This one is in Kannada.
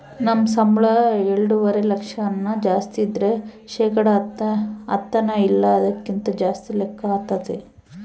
ನಮ್ ಸಂಬುಳ ಎಲ್ಡುವರೆ ಲಕ್ಷಕ್ಕುನ್ನ ಜಾಸ್ತಿ ಇದ್ರ ಶೇಕಡ ಹತ್ತನ ಇಲ್ಲ ಅದಕ್ಕಿನ್ನ ಜಾಸ್ತಿ ಲೆಕ್ಕ ಆತತೆ